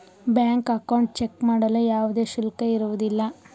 bank account check ಮಾಡಲು ಯಾವುದೇ ಶುಲ್ಕ ಇರುವುದಿಲ್ಲ